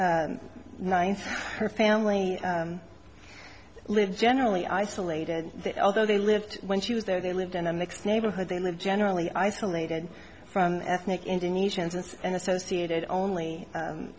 e nine's her family lived generally isolated although they lived when she was there they lived in a mixed neighborhood they live generally isolated from ethnic indonesians and associated only